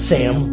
Sam